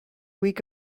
week